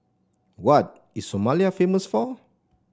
what is Somalia famous for